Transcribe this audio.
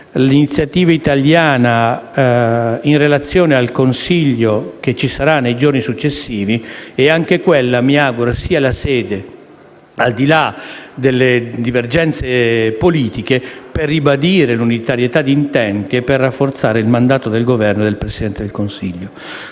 l'iniziativa italiana in relazione al Consiglio europeo dei giorni successivi. Mi auguro che anche quella sia la sede, al di là delle divergenze politiche, per ribadire l'unitarietà di intenti e rafforzare il mandato del Governo e del Presidente del Consiglio.